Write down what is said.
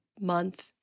month